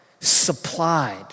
supplied